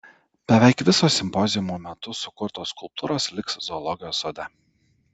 beveik visos simpoziumo metu sukurtos skulptūros liks zoologijos sode